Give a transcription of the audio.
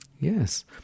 Yes